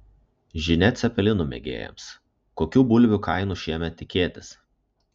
žinia cepelinų mėgėjams kokių bulvių kainų šiemet tikėtis